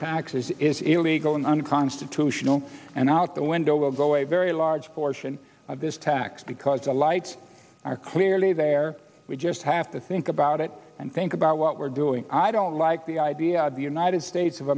taxes is illegal and unconstitutional and out the window will go a very large portion of this tax because the lights are clearly there we just have to think about it and think about what we're doing i don't like the idea of the united states of